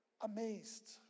amazed